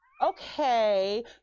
okay